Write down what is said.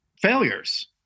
failures